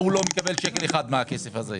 הוא לא מקבל שקל אחד מהכסף הזה.